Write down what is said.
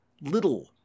little